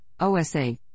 OSA